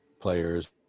players